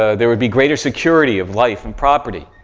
ah there would be greater security of life and property.